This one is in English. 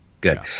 good